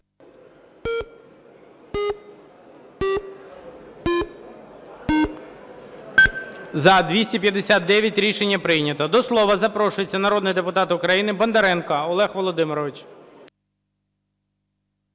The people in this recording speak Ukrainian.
За-259 Рішення прийнято. До слова запрошується народний депутат України Бондаренко Олег Володимирович.